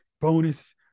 bonus